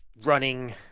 running